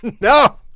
No